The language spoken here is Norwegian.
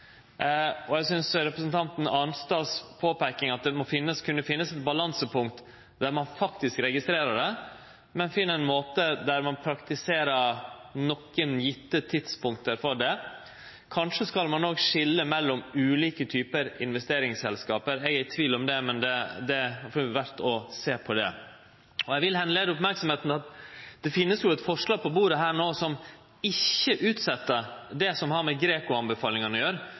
synest eg er å gå i den motsette grøfta. Når det gjeld representanten Arnstads påpeiking av at det må kunne finnast eit balansepunkt der ein faktisk registrerer det, men finn ein måte der ein praktiserer nokre gjevne tidspunkt for det – kanskje skal ein òg skilje mellom ulike typar investeringsselskap – er eg i tvil om det, men det er verdt å sjå på det. Eg vil gjere merksam på at det no finst eit forslag på bordet som ikkje utset det som har med GRECO-anbefalingane å gjere,